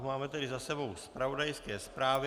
Máme tedy za sebou zpravodajské zprávy.